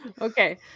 Okay